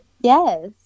Yes